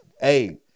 Hey